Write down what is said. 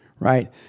right